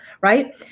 Right